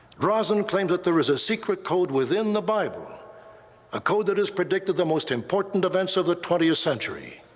drosnin claims that there is a secret code within the bible, a code that has predicted the most important events of the twentieth century.